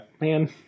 Man